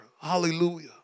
hallelujah